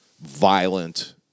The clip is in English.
violent